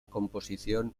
composición